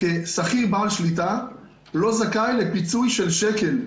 כשכיר בעל שליטה לא זכאי לפיצוי של שקל.